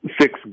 six